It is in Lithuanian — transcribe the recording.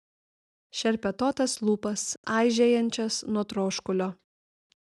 šerpetotas lūpas aižėjančias nuo troškulio